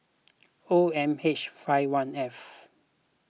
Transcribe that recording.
O M H five one F